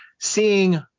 seeing